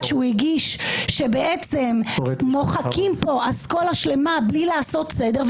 שהוא הגיש שמוחקים פה אסכולה שלמה בלי לעשות סדר,